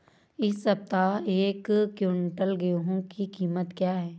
इस सप्ताह एक क्विंटल गेहूँ की कीमत क्या है?